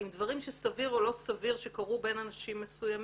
עם דברים שסביר או לא סביר שקרו בין אנשים מסוימים